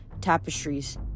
Tapestries